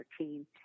2013